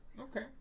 Okay